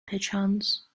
perchance